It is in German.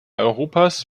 europas